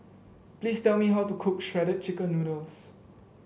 please tell me how to cook Shredded Chicken Noodles